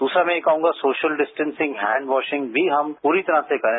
द्रसरा मैं यह कहूंगा कि सोशल डिस्टैंसिंग हैंडवाशिंग भी हम पूरी तरह से करें